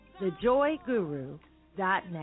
Thejoyguru.net